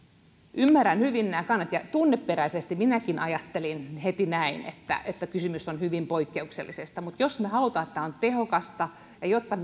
ymmärrän hyvin nämä kannat ja tunneperäisesti minäkin ajattelin heti näin että että kysymys on hyvin poikkeuksellisesta asiasta mutta jos me haluamme että tämä on tehokasta ja jotta